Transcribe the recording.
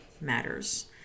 matters